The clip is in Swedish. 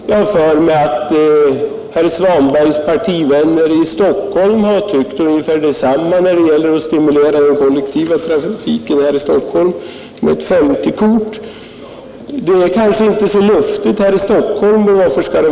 Jag har för mig att herr Svanbergs partivänner i Stockholm har gått med på ett 50-kort när det gäller att stimulera den kollektiva trafiken här och varför skall det då vara olämpligt i det här sammanhanget?